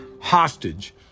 hostage